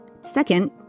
Second